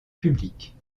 publiques